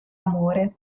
amore